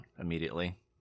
immediately